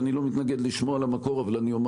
אני לא מתנגד לשמוע על המקור אבל אני אומר